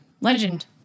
Legend